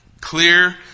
Clear